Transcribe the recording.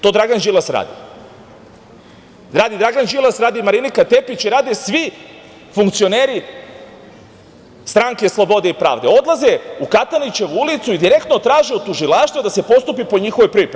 To Dragan Đilas radi, Marinika Tepić i rade svi funkcioneri Stranke slobode i pravde, odlaze u Katanićevu ulicu i direktno traže u tužilaštvu da se postupi po njihovoj prijavi.